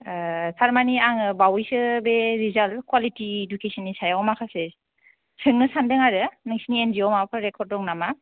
थारमानि आङो बावैसो बे रिजाल्ट कुवालिटि इडुकेसन नि सायाव माखासे सोंनो सानदों आरो नोंसिनि एन जी अ आव माबाफोर रेकर्ड दं नामा